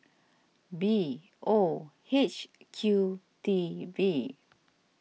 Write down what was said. B O H Q T V